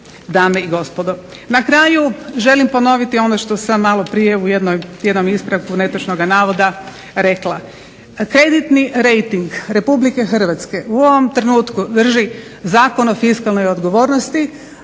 Na kraju želim ponoviti ono što sam malo prije u jednom ispravku netočnoga navoda rekla. Kreditni rejting Republike Hrvatske u ovom trenutku drži Zakon o fiskalnoj odgovornosti.